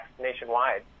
nationwide